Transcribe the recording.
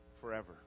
forever